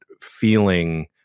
feeling